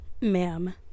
ma'am